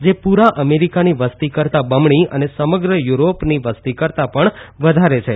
જે પુરા અમેરીકાની વસ્તી કરતાં બમણી અને સમગ્ર યુરોપની વસ્તી કરતાં પણ વધારે છે